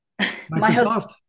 Microsoft